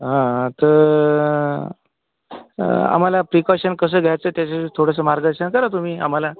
हं तर आम्हाला प्रीकॉशन कसं घ्यायचं त्याच्याशी थोडंसं मार्गदर्शन करा तुम्ही आम्हाला